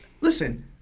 Listen